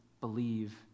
believe